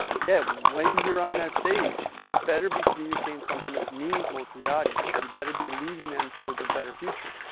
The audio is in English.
yeah when you're on that stage, you better be communicating something that's meaningful to the audience. you better be leading them towards a better future.